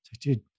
dude